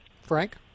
Frank